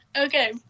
Okay